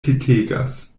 petegas